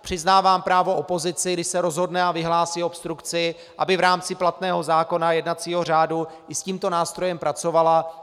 Přiznávám právo opozici, když se rozhodne a vyhlásí obstrukci, aby v rámci platného zákona, jednacího řádu, i s tímto nástrojem pracovala.